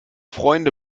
freunde